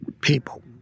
people